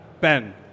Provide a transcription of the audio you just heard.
Ben